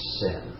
sin